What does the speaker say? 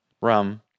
rum